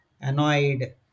Annoyed